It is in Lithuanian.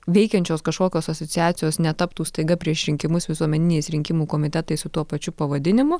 veikiančios kažkokios asociacijos netaptų staiga prieš rinkimus visuomeniniais rinkimų komitetais su tuo pačiu pavadinimu